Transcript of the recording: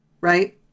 right